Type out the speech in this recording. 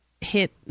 hit